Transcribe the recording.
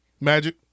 Magic